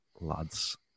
lads